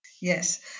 Yes